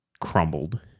crumbled